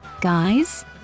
Guys